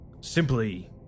Simply